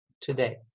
today